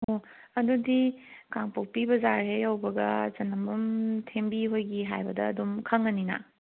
ꯑꯣ ꯑꯗꯨꯗꯤ ꯀꯥꯡꯄꯣꯛꯄꯤ ꯕꯥꯖꯥꯔ ꯍꯦꯛ ꯌꯧꯕꯒ ꯆꯅꯝꯕꯝ ꯊꯦꯝꯕꯤ ꯍꯣꯏꯒꯤ ꯍꯥꯏꯕꯗ ꯑꯗꯨꯝ ꯈꯪꯉꯅꯤꯅ